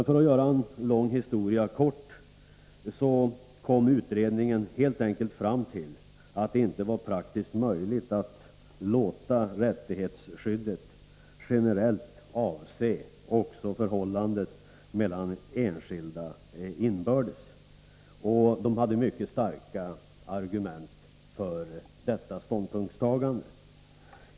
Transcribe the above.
För att göra en lång historia kort skall jag bara säga att utredningen helt enkelt fann att det inte var praktiskt möjligt att låta rättighetsskyddet generellt avse också förhållandet mellan enskilda inbördes. Utredningen hade mycket starka argument för detta ställningstagande.